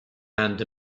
and